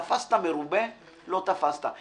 תפסת מרובה, לא תפסת.